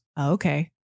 okay